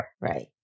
Right